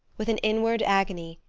with an inward agony,